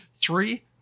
Three